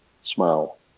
smile